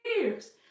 years